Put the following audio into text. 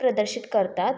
प्रदर्शित करतात